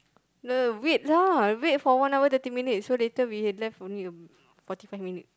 no wait lah wait for one hour thirty minutes so later we have left only forty five minute